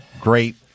great